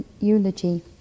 eulogy